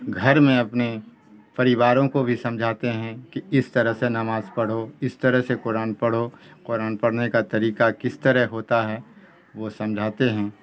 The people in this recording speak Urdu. گھر میں اپنے پریواروں کو بھی سمجھاتے ہیں کہ اس طرح سے نماز پڑھو اس طرح سے قرآن پڑھو قرآن پڑھنے کا طریقہ کس طرح ہوتا ہے وہ سمجھاتے ہیں